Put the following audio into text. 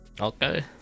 Okay